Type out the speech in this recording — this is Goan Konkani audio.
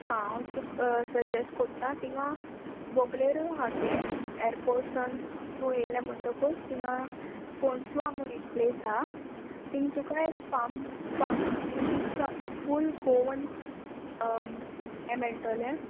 हां हांव तुक सजेस्ट कोत्ता तिंगा बोगलेरो आहा ते एरपोर्टसान तूं येयलें म्हणटकूच तिंगा कोणसुवा म्हूण एक प्लेस आहा तींग तुका एक फाम फाम आहा तींग तुका फूल गोवन हें मेळटलें